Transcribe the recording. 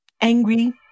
angry